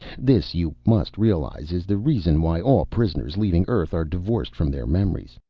this, you must realize, is the reason why all prisoners leaving earth are divorced from their memories.